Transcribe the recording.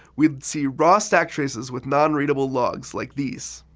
we'd see raw stack traces with non-readable logs, like these.